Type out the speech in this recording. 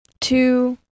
Two